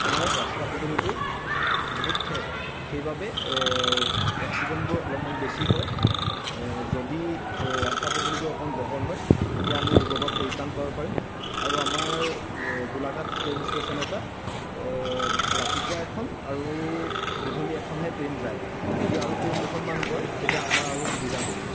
আমাৰ ইয়াত ৰাস্তা পদূলিবোৰ বহুত ঠেক সেইবাবে এক্সিডেণ্টবোৰ অলপমান বেছি হয় যদি ৰাস্তা পদূলিবোৰ অকমাণ বহল হয় তেতিয়া আমি এইবোৰৰ পৰা পৰিত্ৰাণ পাব পাৰিম আৰু আমাৰ গোলাঘাট ট্ৰেইন ষ্টেচনৰ পৰা ৰাতিপুৱা এখন আৰু গধূলি এখনহে ট্ৰেইন যায় যদি আৰু ট্ৰেইন দুখনমান হয় তেতিয়া আমাৰ আৰু সুবিধা হ'ব